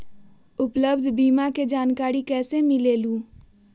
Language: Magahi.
उपलब्ध बीमा के जानकारी कैसे मिलेलु?